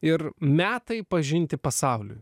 ir metai pažinti pasauliui